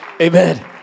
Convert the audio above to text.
Amen